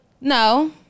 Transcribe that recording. no